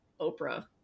Oprah